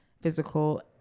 physical